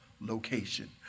location